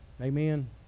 Amen